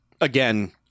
again